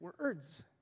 words